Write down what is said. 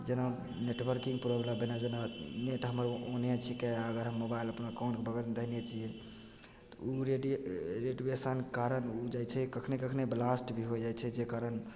जेना नेटवर्किन्ग प्रॉबलमवला जेना नेट हमर ओन्ने छिकै अगर हम मोबाइल अगर हम अपना ऑन करिके बगलमे रखने छिए तऽ ओ रेडिए रेडिएशनके कारण उड़ि जाइ छै कखनी कखनी ब्लास्ट भी होइ जाइ छै जाहि कारण